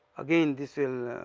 again this will,